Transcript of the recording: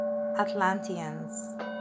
Atlanteans